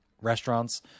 restaurants